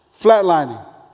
Flatlining